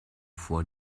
vor